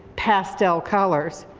pastel colors.